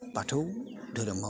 बाथौ धोरोमआव